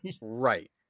Right